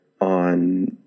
on